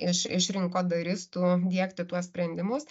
iš iš rinkodoristų diegti tuos sprendimus